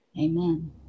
Amen